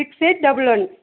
six eight double one